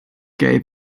gave